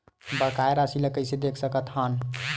बकाया राशि ला कइसे देख सकत हान?